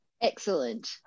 excellent